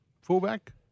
fullback